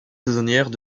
saisonnières